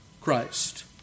Christ